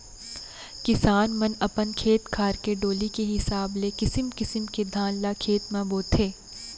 किसान मन अपन खेत खार के डोली के हिसाब ले किसिम किसिम के धान ल खेत म बोथें